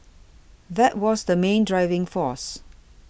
that was the main driving force